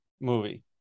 movie